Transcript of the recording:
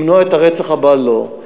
למנוע את הרצח הבא, לא.